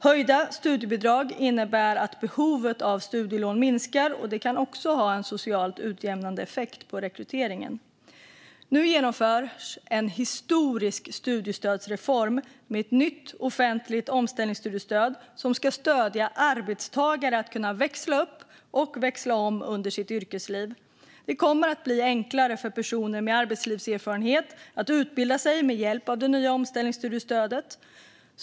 Höjda studiebidrag innebär att behovet av studielån minskar, och det kan också ha en socialt utjämnande effekt på rekryteringen. Nu genomförs en historisk studiestödsreform med ett nytt offentligt omställningsstudiestöd som ska stödja arbetstagare att kunna växla upp och växla om under sitt yrkesliv. Det kommer att bli enklare för personer med arbetslivserfarenhet att utbilda sig med hjälp av det nya omställningsstudiestödet.